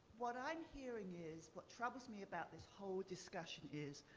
what i'm hearing is what troubles me about this whole discussion is